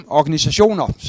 organisationer